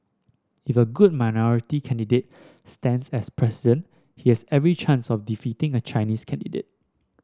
if a good minority candidate stands as President he has every chance of defeating a Chinese candidate